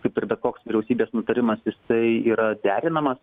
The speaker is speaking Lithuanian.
kaip ir bet koks vyriausybės nutarimas jisai yra derinamas